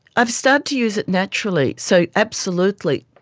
i've started to use it naturally, so, absolutely.